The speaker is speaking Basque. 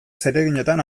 zereginetan